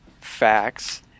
facts